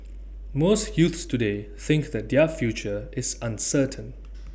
most youths today think that their future is uncertain